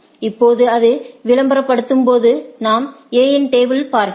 இப்போது அது விளம்பரப்படுத்தும்போது நாம் A இன் டேபிளை பார்க்கிறோம்